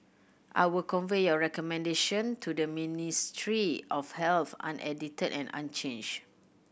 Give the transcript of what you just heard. I will convey your recommendation to the Ministry of Health unedited and unchanged